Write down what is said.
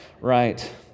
right